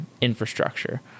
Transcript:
infrastructure